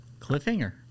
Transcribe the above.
Cliffhanger